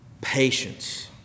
patience